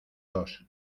dos